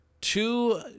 two